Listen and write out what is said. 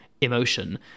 emotion